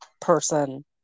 person